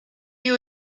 you